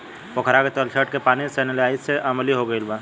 पोखरा के तलछट के पानी सैलिनाइज़ेशन से अम्लीय हो गईल बा